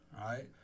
right